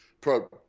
pro